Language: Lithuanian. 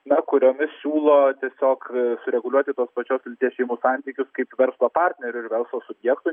na kuriomis siūlo tiesiog sureguliuoti tos pačios lyties šeimų santykius kaip verslo partnerių ir verslo subjektų